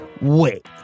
Wait